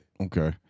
Okay